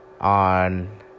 on